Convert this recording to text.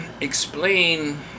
explain